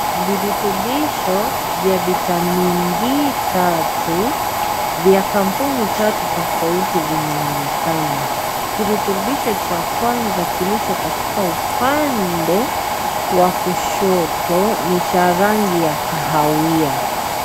Virutubisho vya vitamini d3 vya kampuni tatu tofauti vinaonekana. Kirutubisho cha kwanza kilicho katika upande wa kushoto ni cha rangi ya kahawia.